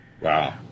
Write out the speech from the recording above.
Wow